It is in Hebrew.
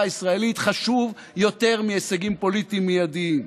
הישראלית חשוב יותר מהישגים פוליטיים מיידים.